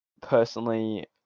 personally